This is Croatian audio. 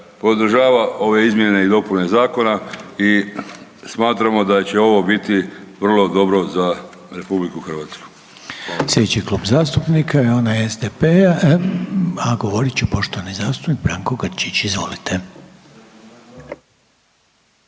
podržava ove izmjene i dopune zakona i smatramo da će ovo biti vrlo dobro za RH. **Reiner, Željko (HDZ)** Sljedeći klub zastupnika je onaj SDP-a, a govorit će poštovani zastupnik Branko Grčić. Izvolite.